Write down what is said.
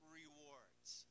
rewards